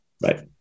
right